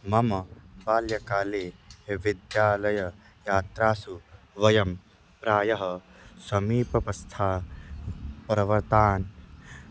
मम बाल्यकाले विद्यालययात्रासु वयं प्रायः समीपपस्थान् पर्वतान्